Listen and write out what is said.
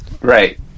right